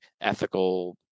ethical